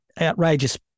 outrageous